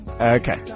Okay